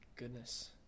goodness